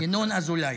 --- ינון אזולאי.